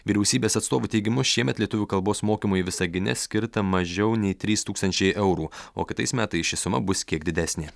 vyriausybės atstovų teigimu šiemet lietuvių kalbos mokymui visagine skirta mažiau nei trys tūkstančiai eurų o kitais metais ši suma bus kiek didesnė